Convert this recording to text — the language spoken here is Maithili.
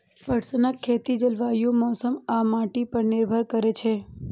पटसनक खेती जलवायु, मौसम आ माटि पर निर्भर करै छै